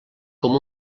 com